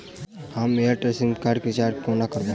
हम Airtel sim card केँ recharge कोना करबै?